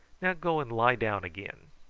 now go and lie down again.